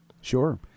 Sure